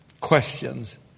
questions